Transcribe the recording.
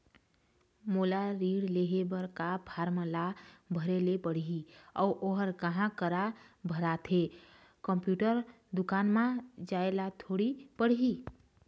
मोला ऋण लेहे बर का फार्म ला भरे ले पड़ही अऊ ओहर कहा करा भराथे, कंप्यूटर दुकान मा जाए ला थोड़ी पड़ही?